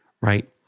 Right